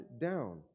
down